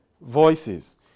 voices